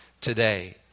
today